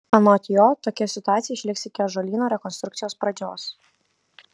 anot jo tokia situacija išliks iki ąžuolyno rekonstrukcijos pradžios